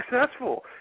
successful